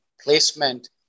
placement